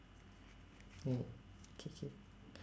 !yay! K K